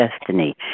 destiny